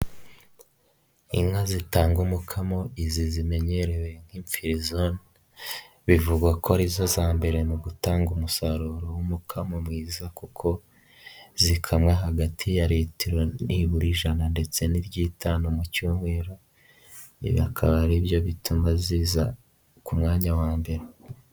Inka zitanga umukamo izi zimenyerewe nk'imfirizoni, bivugwa ko arizo za mbere mu gutanga umusaruro w'umukamo mwiza kuko zikamwa hagati ya litiro nibura ijana ndetse n'iry'itanu mu cyumweru, ibi bikaba ari byo bituma ziza ku mwanya wa mbere.